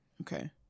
okay